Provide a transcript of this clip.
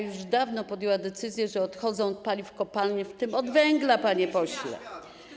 już dawno podjął decyzję, że odchodzi od paliw kopalnych, w tym od węgla, panie pośle.